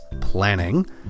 Planning